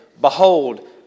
Behold